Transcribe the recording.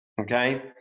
Okay